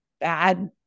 bad